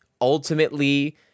ultimately